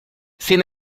sin